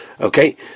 Okay